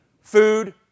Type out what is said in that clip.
food